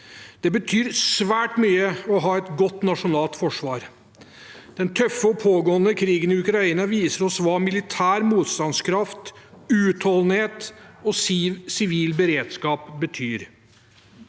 Det betyr svært mye å ha et godt nasjonalt forsvar. Den tøffe og pågående krigen i Ukraina viser oss hva militær motstandskraft, utholdenhet og sivil beredskap betyr.